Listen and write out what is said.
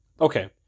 Okay